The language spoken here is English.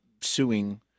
suing